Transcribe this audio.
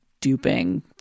duping